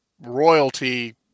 royalty